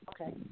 Okay